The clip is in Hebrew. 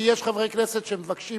כי יש חברי כנסת שמבקשים